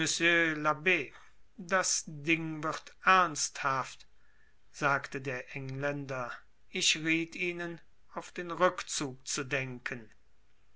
das ding wird ernsthaft sagte der engländer ich riet ihnen auf den rückzug zu denken